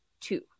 two